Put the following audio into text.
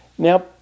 Now